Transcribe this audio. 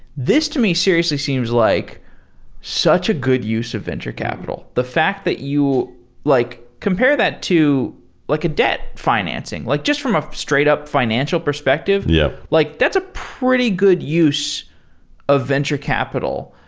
this to me seriously seems like such a good use of venture capital. the fact that you like compare that to like a debt financing. like just from a straight-up financial perspective, yeah like that's a pretty good use of venture capital.